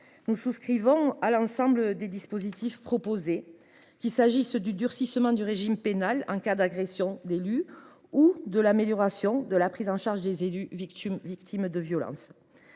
Nous souscrivons à l’ensemble des mesures proposées, qu’il s’agisse du durcissement du régime pénal en cas d’agression d’élu ou de l’amélioration de la prise en charge des élus victimes de violences.